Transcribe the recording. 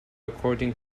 according